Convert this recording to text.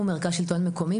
השלטון המקומי,